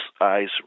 eyes